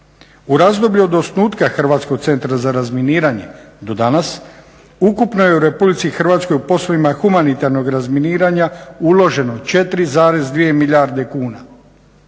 U razdoblju od osnutka Hrvatskog centra za razminiranje do danas ukupno je u RH u poslovima humanitarnog razminiranja uloženo 4,2 milijarde kuna.